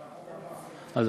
אוקיי.